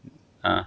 啊